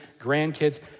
grandkids